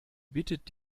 bietet